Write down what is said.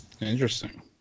Interesting